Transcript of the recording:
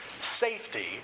safety